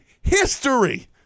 history